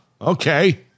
okay